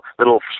little